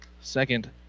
Second